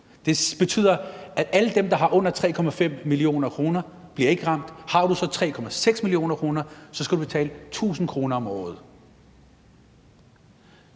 Det betyder, at alle dem, der har under 3,5 mio. kr., ikke bliver ramt, men har du så 3,6 mio. kr., skal du betale 1.000 kr. om året.